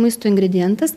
maisto ingredientas